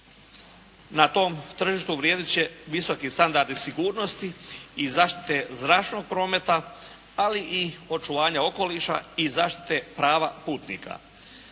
Na tom tržištu vrijedit će visoki standardi sigurnosti i zaštite zračnog prometa, ali i očuvanja okoliša i zaštite prava putnika.